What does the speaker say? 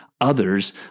others